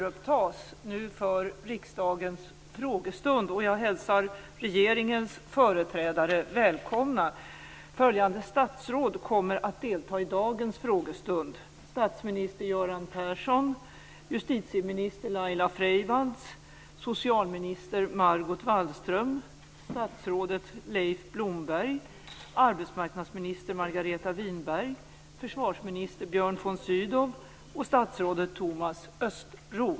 Jag hälsar regeringens företrädare välkomna. Följande statsråd kommer att delta i dagens frågestund: Freivalds, socialminister Margot Wallström, statsrådet Leif Blomberg, arbetsmarknadsminister Margareta Winberg, försvarsminister Björn von Sydow och statsrådet Thomas Östros.